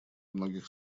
многих